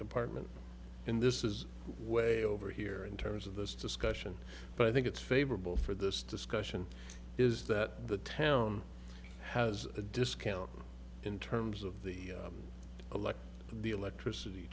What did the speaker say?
department in this is way over here in terms of this discussion but i think it's favorable for this discussion is that the town has a discount in terms of the elect the electricity